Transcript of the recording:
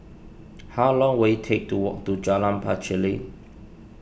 how long will it take to walk to Jalan Pacheli